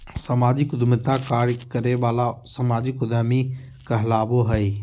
सामाजिक उद्यमिता कार्य करे वाला सामाजिक उद्यमी कहलाबो हइ